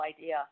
idea